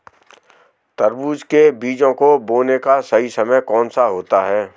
तरबूज के बीजों को बोने का सही समय कौनसा होता है?